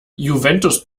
juventus